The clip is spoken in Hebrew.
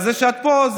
זה שאת פה,